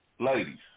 Ladies